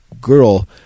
girl